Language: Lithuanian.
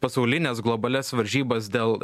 pasaulines globalias varžybas dėl